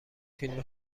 فیلم